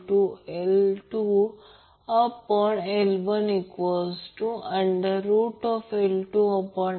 तर सर्किटला देण्यात आलेली पॉवर I 2 R आहे म्हणून I I0 √ 2 वर समजा की पॉवर ω0 वर येणाऱ्या जास्तीत जास्त मूल्याच्या 1 2 आहे